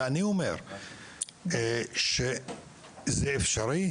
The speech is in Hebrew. ואני אומר שזה אפשרי